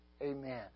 Amen